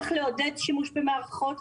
צריך לעודד לשימוש במערכות,